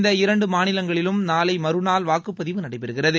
இந்த இரண்டு மாநிலங்களிலும் நாளை மறுநாள் வாக்குப்பதிவு நடைபெறுகிறது